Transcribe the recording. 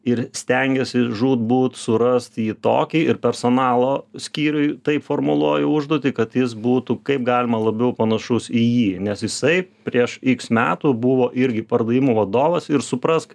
ir stengiasi žūtbūt surast jį tokį ir personalo skyriui taip formuluoja užduotį kad jis būtų kaip galima labiau panašus į jį nes jisai prieš iks metų buvo irgi pardavimų vadovas ir suprask